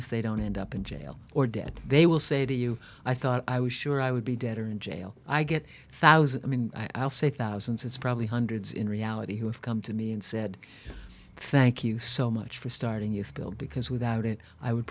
if they don't end up in jail or dead they will say to you i thought i was sure i would be dead or in jail i get one thousand i'll say thousands it's probably hundreds in reality who have come to me and said thank you so much for starting your spill because without it i would